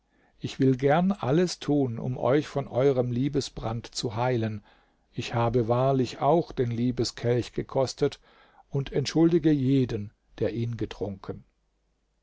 ich will gern alles tun um euch von eurem liebesbrand zu heilen ich habe wahrlich auch den liebeskelch gekostet und entschuldige jeden der ihn getrunken